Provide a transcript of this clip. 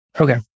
Okay